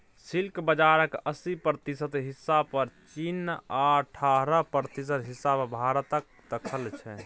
silk बजारक अस्सी प्रतिशत हिस्सा पर चीन आ अठारह प्रतिशत हिस्सा पर भारतक दखल छै